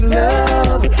love